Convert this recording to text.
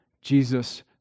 Jesus